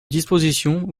dispositions